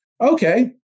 Okay